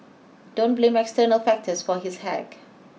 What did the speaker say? don't blame external factors for his hack